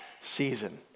season